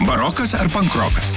barokas ar pankrokas